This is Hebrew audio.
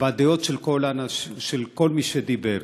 בדעות של כל מי שדיבר,